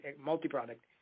multi-product